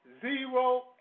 zero